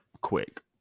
quick